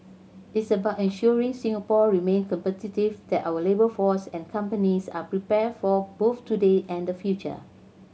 it's about ensuring Singapore remain competitive that our labour force and companies are prepared for both today and the future